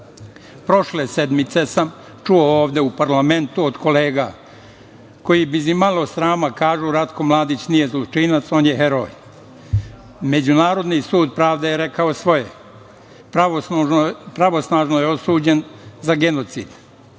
rata. Prošle sedmice sam čuo ovde u parlamentu od kolega koji bez imalo srama kažu – Ratko Mladić nije zločinac, on je heroj. Međunarodni sud pravde je rekao svoje. Pravosnažno je osuđen za genocid.